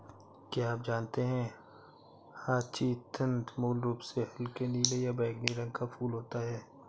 क्या आप जानते है ह्यचीन्थ मूल रूप से हल्के नीले या बैंगनी रंग का फूल होता है